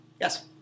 Yes